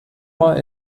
mal